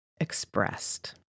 expressed